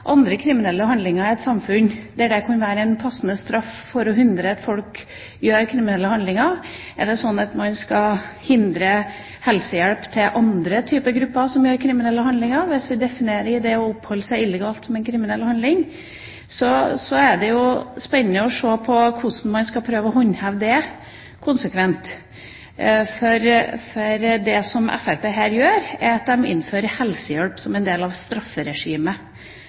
samfunn det kunne være en passende straff for, for å hindre at folk begår kriminelle handlinger. Er det slik at man skal hindre helsehjelp til andre grupper som begår kriminelle handlinger, hvis vi definerer det å oppholde seg illegalt som en kriminell handling? Så ville det vært spennende å se hvordan man skulle prøve å håndheve det konsekvent. For det som Fremskrittspartiet her vil gjøre, er at de vil innføre helsehjelp som en del av strafferegimet